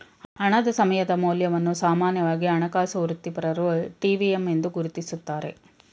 ಹಣದ ಸಮಯದ ಮೌಲ್ಯವನ್ನು ಸಾಮಾನ್ಯವಾಗಿ ಹಣಕಾಸು ವೃತ್ತಿಪರರು ಟಿ.ವಿ.ಎಮ್ ಎಂದು ಗುರುತಿಸುತ್ತಾರೆ